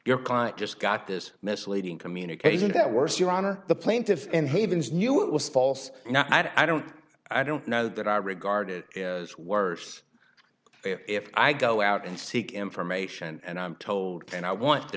your client just got this misleading communication that works your honor the plaintiff in haven's knew it was false and i don't i don't know that i regard it as worse if i go out and seek information and i'm told and i want the